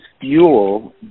fuel